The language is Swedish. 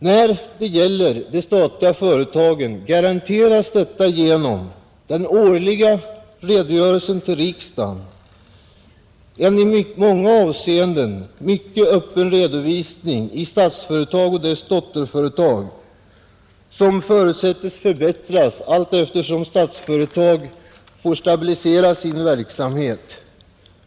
När det gäller de statliga företagen garanteras detta genom den årliga redogörelsen till riksdagen och en i många avseenden mycket öppen redovisning i Statsföretag och dess dotterföretag, vilken förutsättes skall förbättras allteftersom Statsföretag får stabilisera sin verksamhet.